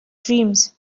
dreams